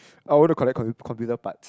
I want to collect computer parts